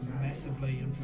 massively